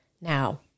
Now